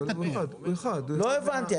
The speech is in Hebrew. לא הבנתי.